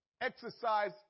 exercise